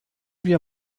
wir